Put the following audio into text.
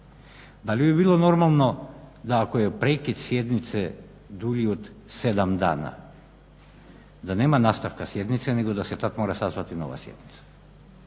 Da li bi bilo normalno da ako je prekid sjednice dulji od 7 dana da nema nastavka sjednice nego da se tad mora sazvati nova sjednica?